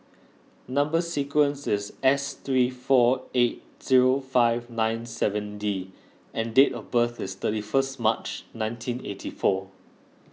Number Sequence is S three four eight zero five nine seven D and date of birth is thirty first March nineteen eighty four